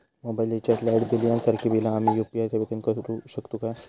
Mobile recharge, light bill यांसारखी बिला आम्ही यू.पी.आय सेवेतून करू शकतू काय?